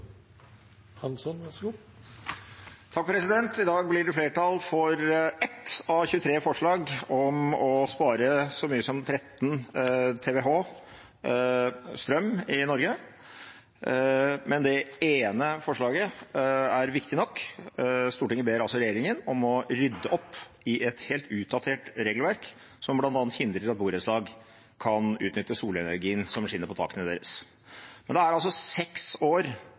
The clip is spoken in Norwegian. flertall for ett av 23 forslag om å spare så mye som 13 TWh strøm i Norge, men det ene forslaget er viktig nok. Stortinget ber altså regjeringen om å rydde opp i et helt utdatert regelverk som bl.a. hindrer at borettslag kan utnytte solenergien som skinner på takene deres. Det er seks år